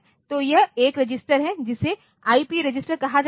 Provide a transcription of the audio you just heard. तो यह 1 रजिस्टर है जिसे आईपी रजिस्टर कहा जाता है